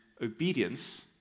obedience